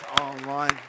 online